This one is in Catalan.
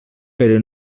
però